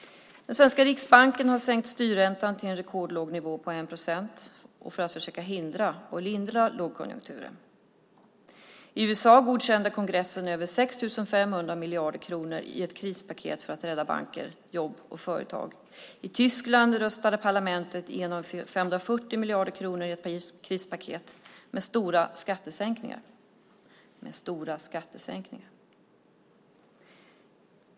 Den svenska riksbanken har sänkt styrräntan till en rekordlåg nivå på 1 procent för att försöka hindra och lindra lågkonjunkturen. I USA godkände kongressen över 6 500 miljarder kronor i ett krispaket för att rädda banker, jobb och företag. I Tyskland röstade parlamentet igenom 540 miljarder kronor i ett krispaket med stora skattesänkningar.